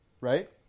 right